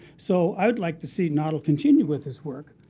so i would like to see noddle continue with his work,